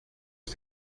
het